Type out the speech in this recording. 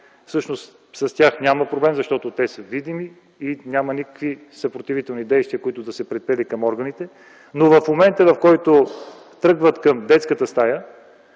Всъщност с тях няма проблем, защото те са видими и няма никакви съпротивителни действия, които да са предприели към органите. В момента, в който тръгват към детската стая,